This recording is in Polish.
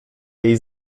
jej